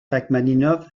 rachmaninov